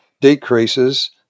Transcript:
decreases